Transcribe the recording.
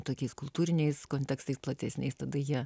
tokiais kultūriniais kontekstais platesniais tada jie